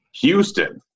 Houston